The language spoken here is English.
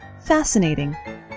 Fascinating